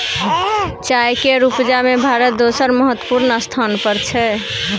चाय केर उपजा में भारत दोसर महत्वपूर्ण स्थान पर छै